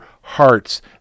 hearts